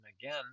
again